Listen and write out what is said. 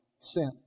Sin